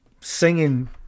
singing